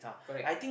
correct